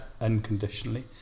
unconditionally